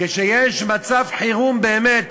כשיש מצב חירום באמת,